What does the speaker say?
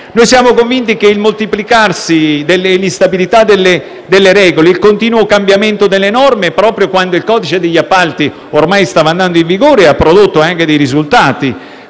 Siamo convinti che il moltiplicarsi dell'instabilità delle regole, il continuo cambiamento delle norme, proprio quando il codice degli appalti ormai stava entrando in vigore e producendo risultati